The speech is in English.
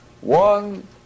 one